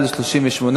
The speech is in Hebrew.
סעיפים 1 2 נתקבלו.